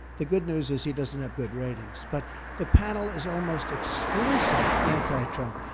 the good news is he doesn't have good ratings. but the panel is almost exclusive anti-trump.